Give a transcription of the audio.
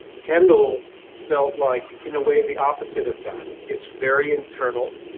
kendall felt like, in a way, the opposite of that. it's very internal.